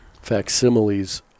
facsimiles